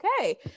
okay